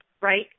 right